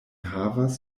havas